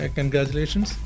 Congratulations